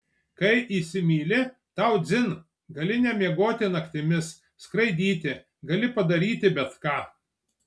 kai įsimyli tau dzin gali nemiegoti naktimis skraidyti gali padaryti bet ką